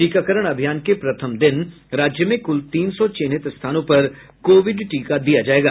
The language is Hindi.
टीकाकरण अभियान के प्रथम दिन राज्य में कुल तीन सौ चिन्हित स्थानों पर कोविड टीका दिया जायेगा